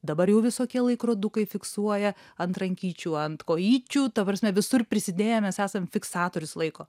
dabar jau visokie laikrodukai fiksuoja ant rankyčių ant kojyčių ta prasme visur prisidėję mes esam fiksatorius laiko